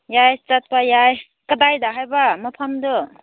ꯌꯥꯏ ꯆꯠꯄ ꯌꯥꯏ ꯀꯗꯥꯏꯗ ꯍꯥꯏꯕ ꯃꯐꯝꯗꯨ